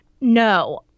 no